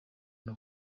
guma